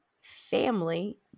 family